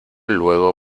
luego